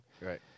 Right